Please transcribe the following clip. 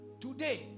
Today